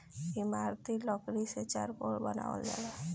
इमारती लकड़ी से चारकोल बनावल जाला